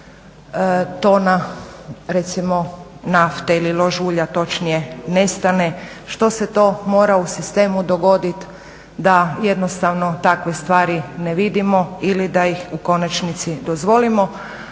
recimo nafte ili lož ulja točnije nestane, što se to mora u sistemu dogoditi da jednostavno takve stvari ne vidimo ili da ih u konačnici dozvolimo